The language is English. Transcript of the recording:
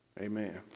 Amen